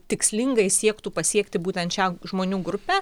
tikslingai siektų pasiekti būtent šią žmonių grupę